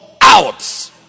out